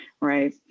right